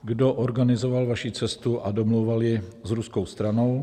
Kdo organizoval vaši cestu a domlouval ji s ruskou stranou?